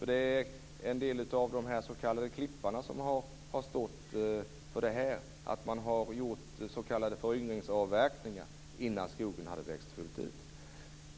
Det är nämligen en del av de s.k. klipparna som har stått för de s.k. föryngringsavverkningar som skedde innan skogen hade vuxit fullt ut.